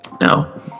No